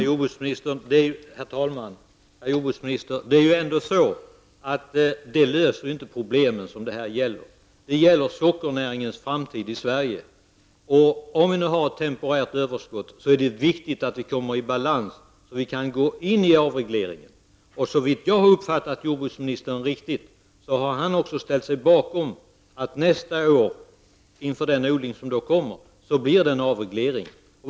Herr talman! Det är ju ändå så, herr jordbruksminister, att dessa åtgärder inte löser problemen. Det gäller sockernäringens framtid i Sverige. Om vi har ett temporärt överskott är det viktigt att vi kommer i balans för att kunna gå in i avregleringen. Om jag har uppfattat jordbruksministern rätt har han också ställt sig bakom att det blir en avreglering inför nästa års odling.